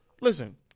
Listen